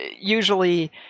Usually